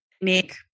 make